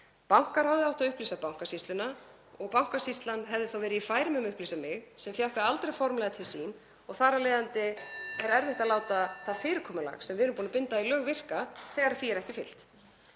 Bankaráðið átti að upplýsa Bankasýsluna og Bankasýslan hefði þá verið í færum um að upplýsa mig, en fékk þetta aldrei formlega til sín og þar af leiðandi er erfitt að láta það fyrirkomulag sem við erum búin að binda í lög virka þegar því er ekki fylgt.